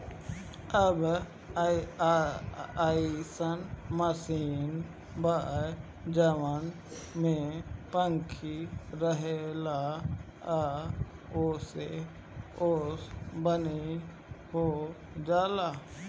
अब अइसन मशीन बा जवना में पंखी रहेला आ ओसे ओसवनी हो जाला